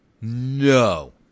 No